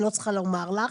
אני לא צריכה לומר לך.